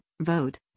vote